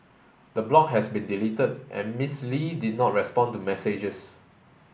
the blog has been deleted and Miss Lee did not respond to messages